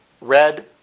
red